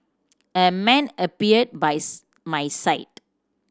a man appeared buys my side